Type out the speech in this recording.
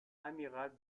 amiral